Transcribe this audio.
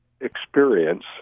experience